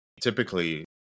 Typically